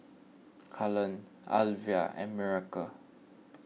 Cullen Alvia and Miracle